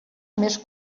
més